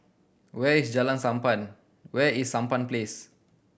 where is Sampan where is Sampan Place